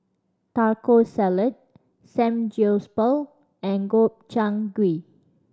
Taco Salad Samgyeopsal and Gobchang Gui